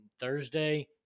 Thursday